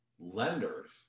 lenders